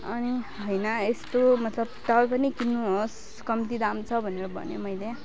अनि होइन यस्तो मतलब तपाईँ पनि किन्नु होस् कम्ती दाम छ भनेर भने मैले